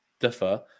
differ